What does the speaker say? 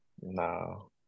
No